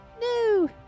No